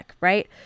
right